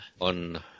on